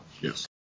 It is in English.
yes